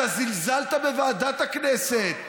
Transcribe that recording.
אתה זלזלת בוועדת הכנסת.